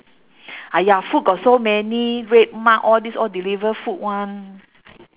!aiya! food got so many red mart all this all deliver food [one]